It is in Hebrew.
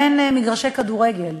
אין מגרשי כדורגל,